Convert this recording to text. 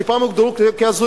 שפעם הוגדרו הזויות.